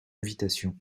invitation